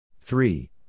three